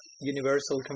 universal